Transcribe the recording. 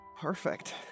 Perfect